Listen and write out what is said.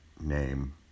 name